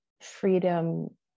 freedom